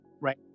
right